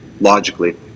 logically